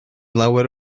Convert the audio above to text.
lawer